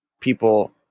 people